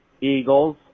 Eagles